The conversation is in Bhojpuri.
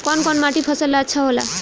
कौन कौनमाटी फसल ला अच्छा होला?